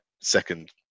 second